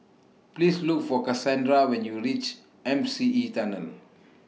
Please Look For Cassandra when YOU REACH M C E Tunnel